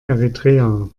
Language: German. eritrea